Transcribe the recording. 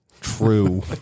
True